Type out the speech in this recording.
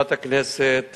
חברת הכנסת